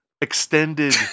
extended